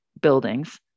buildings